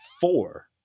four